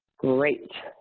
great.